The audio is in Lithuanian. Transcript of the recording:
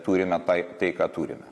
turime tai tai ką turime